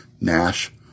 Nash